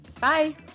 Bye